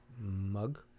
mug